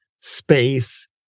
space